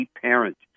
Parent